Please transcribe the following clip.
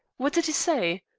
what did he say?